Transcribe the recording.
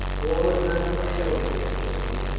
all is not quite over yet, scopus.